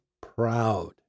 proud